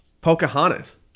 Pocahontas